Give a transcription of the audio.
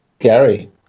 Gary